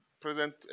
present